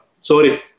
sorry